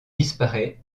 disparaît